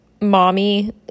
mommy